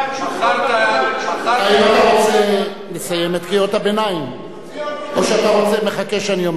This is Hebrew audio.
האם אתה רוצה לסיים את קריאות הביניים או שאתה מחכה שאני אומר?